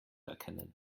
erkennen